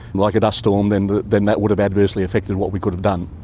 like a dust storm, then that then that would have adversely affected what we could have done.